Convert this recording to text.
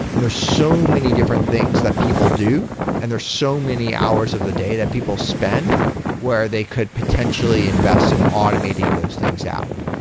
and there are so many different things that people do and there are so many hours of the day that people spend where they could potentially invest in automating those things out.